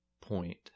point